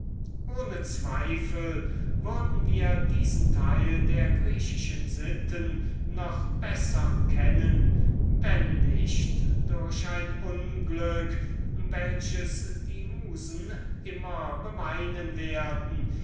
ohne zweifel würden wir diesen teil der griechischen sitten noch besser kennen wenn nicht durch ein unglück welches die musen immer beweinen werden